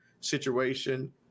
situation